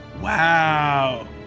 Wow